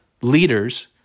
leaders